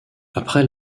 après